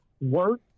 work